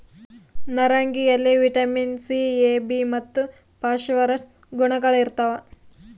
ನಾರಂಗಿಯಲ್ಲಿ vitamin C A B ಮತ್ತು phosphorus ಗುಣಗಳಿರ್ತಾವ